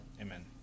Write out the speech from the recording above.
Amen